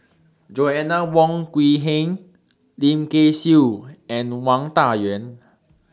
Joanna Wong Quee Heng Lim Kay Siu and Wang Dayuan